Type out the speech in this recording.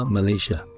Malaysia